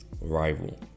rival